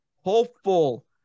hopeful